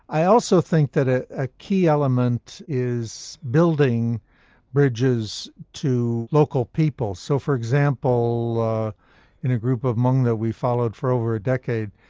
i also think that ah a key element is building bridges to local people. so for example in a group of hmong we followed for over a decade,